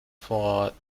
vor